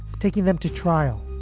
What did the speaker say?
taking them to trial?